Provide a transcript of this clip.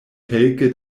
kelke